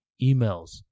emails